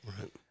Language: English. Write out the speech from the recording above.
Right